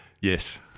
Yes